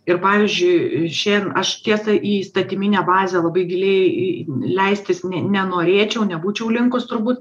ir pavyzdžiui šiandien aš tiesa į įstatyminę bazę labai giliai į leistis ne nenorėčiau nebūčiau linkus turbūt